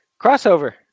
Crossover